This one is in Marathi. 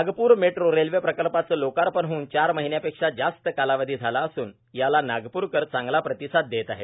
नागप्र मेट्रो रेल्वे प्रकल्पाचे लोकार्पण होऊन चार महिन्यापेक्षा जास्ती कालावधी झाला असून याला नागप्रकर चांगला प्रतिसाद देत आहे